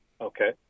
Okay